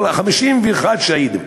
אבל יש 51 שהידים.